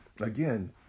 Again